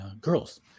girls